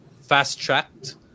fast-tracked